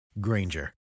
Granger